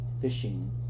fishing